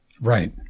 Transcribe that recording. Right